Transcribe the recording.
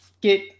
get